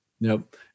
Nope